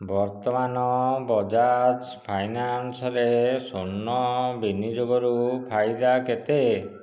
ବର୍ତ୍ତମାନ ବଜାଜ ଫାଇନାନ୍ସରେ ସ୍ୱର୍ଣ୍ଣ ବିନିଯୋଗରୁ ଫାଇଦା କେତେ